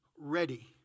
ready